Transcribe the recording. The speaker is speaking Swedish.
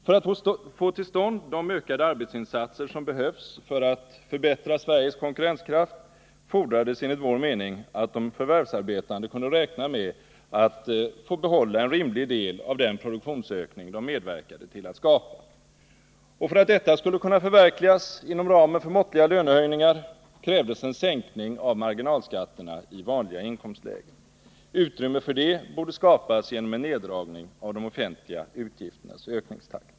För att få till stånd de ökade arbetsinsatser som behövs för att förbättra Sveriges konkurrenskraft fordrades enligt vår mening att de förvärvsarbetande kunde räkna med att få behålla en rimlig del av den produktionsökning som de medverkade till att skapa. För att detta skulle kunna förverkligas inom ramen för måttliga löneökningar krävdes en sänkning av marginalskatterna i vanliga inkomstlägen. Utrymme för detta borde skapas genom en neddragning av de offentliga utgifternas ökningstakt.